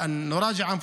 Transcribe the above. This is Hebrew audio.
רציחות